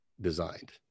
designed